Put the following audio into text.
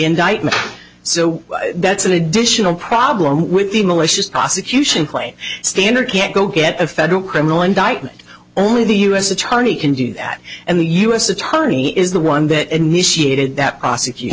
indictment so that's an additional problem with the malicious prosecution claim standard can't go get a federal criminal indictment or the u s attorney can do that and the u s attorney is the one that initiated that prosecut